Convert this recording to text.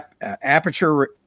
aperture